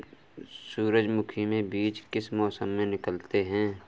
सूरजमुखी में बीज किस मौसम में निकलते हैं?